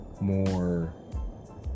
more